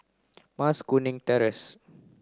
Mas Kuning Terrace